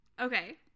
Okay